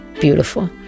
beautiful